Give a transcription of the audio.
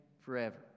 forever